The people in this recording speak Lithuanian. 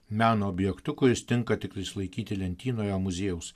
meno objektu kuris tinka tiktais laikyti lentynoje ar muziejaus